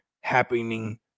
happening